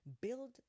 build